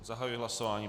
Zahajuji hlasování.